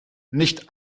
nicht